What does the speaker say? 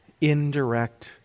indirect